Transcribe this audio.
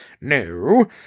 no